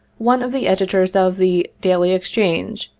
one of the editors of the daily exchange,